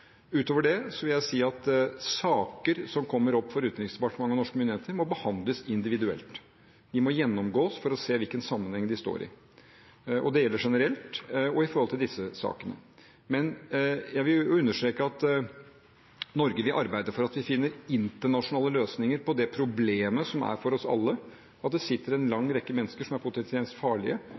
Utover det vil jeg si at saker som kommer opp for Utenriksdepartementet og norske myndigheter, må behandles individuelt. De må gjennomgås for å se hvilken sammenheng de står i. Det gjelder generelt og i disse sakene. Men jeg vil understreke at Norge vil arbeide for å finne internasjonale løsninger på det problemet som gjelder for oss alle, at det sitter en lang rekke potensielt farlige mennesker i leirer i Nord-Irak og i Syria, som